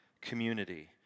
community